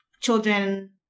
children